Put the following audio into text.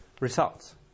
results